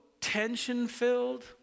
tension-filled